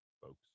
folks